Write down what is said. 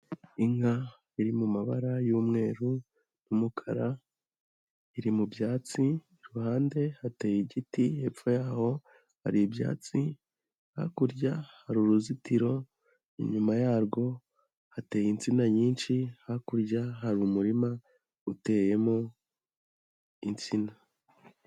Inka iri mu mabara y'umweru, umukara iri mu byatsi iruhande hateye igiti hepfo yaho hari ibyatsi, hakurya hari uruzitiro inyuma yarwo hateye insina nyinshi hakurya hari umurima uteyemo insina.